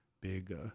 big